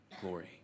glory